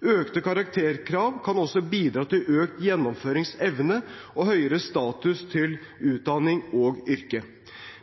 Økte karakterkrav kan også bidra til økt gjennomføringsevne og høyere status for utdanningen og yrket.